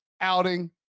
outing